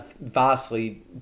vastly